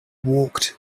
walked